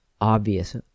obvious